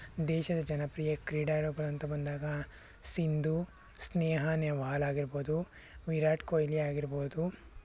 ದೇಶದ ಜನಪ್ರಿಯ ಕ್ರೀಡಾಳುಗಳು ಅಂತ ಬಂದಾಗ ಸಿಂಧು ಸ್ನೇಹ ನೆಹ್ವಾಲ್ ಆಗಿರ್ಬೋದು ವಿರಾಟ್ ಕೊಹ್ಲಿ ಆಗಿರ್ಬೋದು